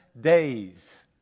days